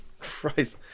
Christ